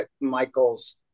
Michael's